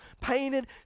painted